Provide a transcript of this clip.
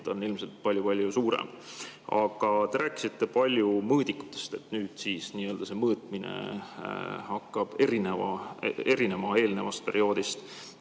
on ilmselt palju-palju suurem. Aga te rääkisite mõõdikutest, et nüüd see n-ö mõõtmine hakkab erinema eelneva perioodi